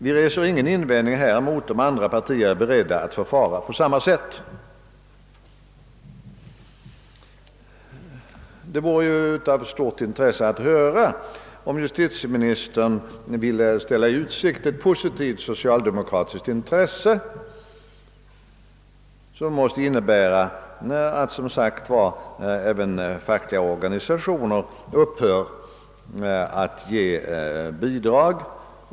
Vi reser ingen invändning häremot om 'andra partier är beredda att förfara på samma sätt.» Det vore av stort intresse att höra om justitieministern vill ställa i utsikt ett positivt socialdemokratiskt intresse för en Överenskommelse, vilken som nämnt måste innebära att även fackliga organisationer upphör att ge bidrag.